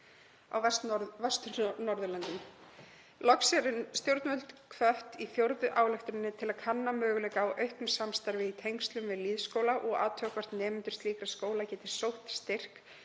á Vestur-Norðurlöndum. Loks eru stjórnvöld hvött í fjórðu ályktuninni til að kanna möguleika á auknu samstarfi í tengslum við lýðskóla og athuga hvort nemendur slíkra skóla geti sótt styrk